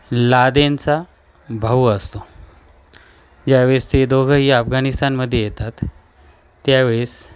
लादेनचा भाऊ असतो ज्यावेळेस ते दोघंही अफगानिस्तानमध्ये येतात त्यावेळेस